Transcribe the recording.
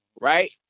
right